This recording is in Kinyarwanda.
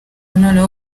noneho